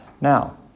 Now